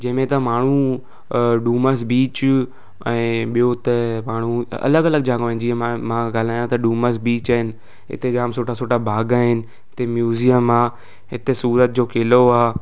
जंहिंमें त माण्हू डूमस बीच ऐं ॿियों त माण्हू अलॻि अलॻि जॻहियूं आहिनि जीअं मां मां ॻाल्हायां त डूमस बीच आहिनि हिते जाम सुठा सुठा बाग़ आहिनि हिते म्यूज़ियम आहे हिते सूरत जो क़िलो आहे